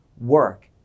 work